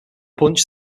punch